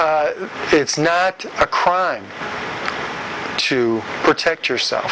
it's not a crime to protect yourself